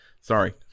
sorry